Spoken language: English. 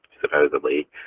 supposedly